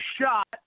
shot